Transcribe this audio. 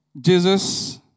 Jesus